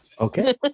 okay